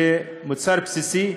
זה מוצר בסיסי,